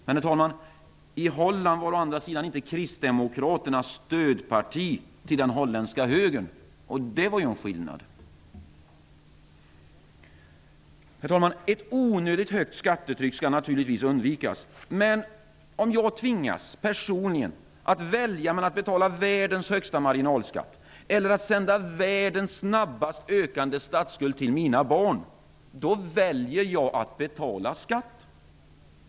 Men i Holland var Kristdemokraterna å andra sidan inte ett stödparti till den holländska högern, och däri ligger ju en skillnad. Herr talman! Ett onödigt högt skattetryck skall naturligtvis undvikas. Men om jag personligen tvingas välja mellan att betala världens högsta marginalskatt och att sända världens snabbast ökande statsskuld till mina barn, då väljer jag att betala skatt.